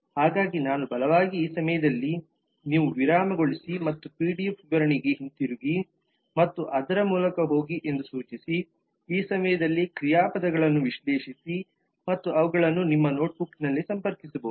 ಹಾಗಾಗಿ ನಾನು ಬಲವಾಗಿ ಈ ಸಮಯದಲ್ಲಿ ನೀವು ವಿರಾಮಗೊಳಿಸಿ ಮತ್ತು ಪಿಡಿಎಫ್ ವಿವರಣೆಗೆ ಹಿಂತಿರುಗಿ ಮತ್ತು ಅದರ ಮೂಲಕ ಹೋಗಿ ಎಂದು ಸೂಚಿಸಿ ಈ ಸಮಯದಲ್ಲಿ ಕ್ರಿಯಾಪದಗಳನ್ನು ವಿಶ್ಲೇಷಿಸಿ ಮತ್ತು ಅವುಗಳನ್ನು ನಿಮ್ಮ ನೋಟ್ಬುಕ್ನಲ್ಲಿ ಸಂಪರ್ಕಿಸಬಹುದು